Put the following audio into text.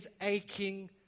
aching